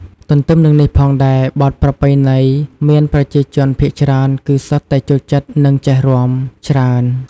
ទន្ទឹមនឹងនេះផងដែរ បទប្រពៃណីមានប្រជាជនភាគច្រើនគឺសុទ្ធតែចូលចិត្តនិងចេះរាំច្រើន។